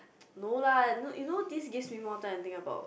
no lah not you know this gives me more time to think about